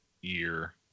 year